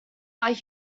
but